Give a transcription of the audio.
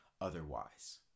otherwise